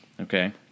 Okay